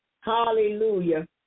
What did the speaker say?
hallelujah